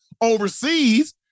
overseas